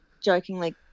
jokingly